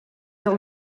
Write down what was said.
del